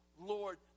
Lord